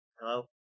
Hello